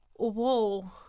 Whoa